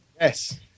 yes